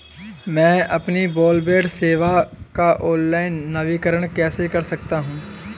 मैं अपनी ब्रॉडबैंड सेवा का ऑनलाइन नवीनीकरण कैसे कर सकता हूं?